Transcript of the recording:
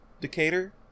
Decatur